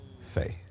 faith